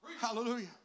Hallelujah